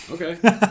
Okay